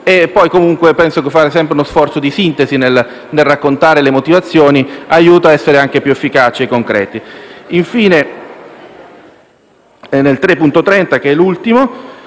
e poi, comunque, penso che fare uno sforzo di sintesi nel raccontare le proprie motivazioni aiuti ad essere anche più efficaci e concreti. Infine, l'emendamento 3.30, che è l'ultimo,